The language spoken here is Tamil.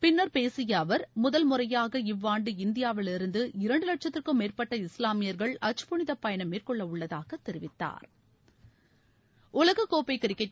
பின்னர் பேசிய அவர் முதல் முறையாக இவ்வாண்டு இந்தியாவிலிருந்து இரண்டு வட்கத்திற்கும் மேற்பட்ட இஸ்லாமியர்கள் ஹஜ் புனித பயணம் மேற்கொள்ள உள்ளதாக தெரிவித்தாா்